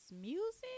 Music